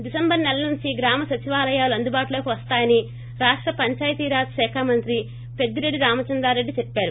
December నెల నుంచి గ్రామసచివాలయాలు అందుబాటులోకి వస్తాయని రాష్ట పంచాయితీ రాజ్ శాఖ మంత్రి పెద్దిరెడ్డి రామచంద్రారెడ్డి చెప్పారు